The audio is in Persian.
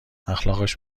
اخلاقش